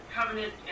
covenant